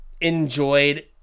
enjoyed